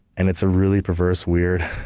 and it's a really perverse, weird,